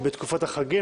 בתקופת החגים.